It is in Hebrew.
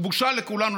זו בושה לכולנו,